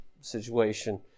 situation